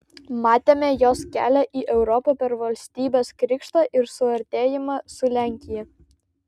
matėme jos kelią į europą per valstybės krikštą ir suartėjimą su lenkija